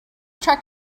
track